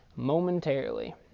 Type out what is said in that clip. momentarily